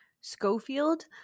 Schofield